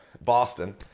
Boston